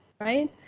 right